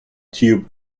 tube